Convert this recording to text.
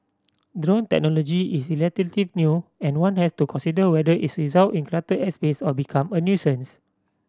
drone technology is relatively new and one has to consider whether its result in cluttered airspace or become a nuisance